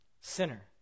sinner